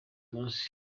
munsi